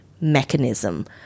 mechanism